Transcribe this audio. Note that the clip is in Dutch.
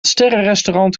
sterrenrestaurant